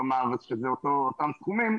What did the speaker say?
כלומר שזה אותם סכומים,